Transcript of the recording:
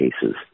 cases